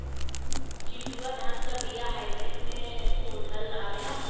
चिन्टूवा धान क बिया हाइब्रिड में शोधल आवेला?